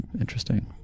Interesting